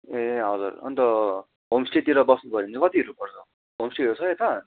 ए हजुर अन्त होमस्टेतिर बस्नु पऱ्यो भने चाहिँ कतिहरू पर्छ होमस्टेहरू छ यता